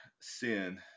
sin